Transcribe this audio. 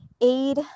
aid